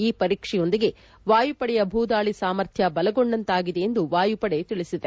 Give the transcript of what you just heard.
ಈ ಪರೀಕ್ಷೆಯೊಂದಿಗೆ ವಾಯುಪಡೆಯ ಭೂದಾಳಿ ಸಾಮರ್ಥ್ಲ ಬಲಗೊಂಡಂತಾಗಿದೆ ಎಂದು ವಾಯುಪಡೆ ತಿಳಿಸಿದೆ